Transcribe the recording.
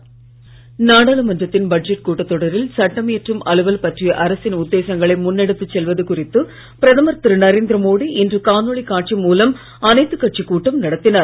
அனைத்துக்கட்சி நாடாளுமன்றத்தின் பட்ஜெட் கூட்டத் தொடரில் சட்டமியற்றும் அலுவல் பற்றிய அரசின் உத்தேசங்களை முன்னெடுத்துச் செல்வது குறித்து பிரதமர் திரு நரேந்திர மோடி இன்று காணொளி காட்சி மூலம் அனைத்துக் கட்சி கூட்டம் நடத்தினார்